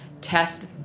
test